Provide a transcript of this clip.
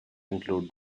include